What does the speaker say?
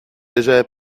déjà